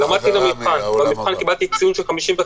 למדתי למבחן, במבחן קיבלתי ציון של 55. אמרתי: